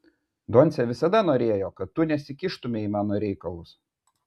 doncė visada norėjo kad tu nesikištumei į mano reikalus